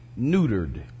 neutered